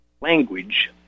language